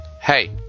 Hey